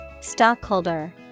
Stockholder